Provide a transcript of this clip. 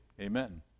Amen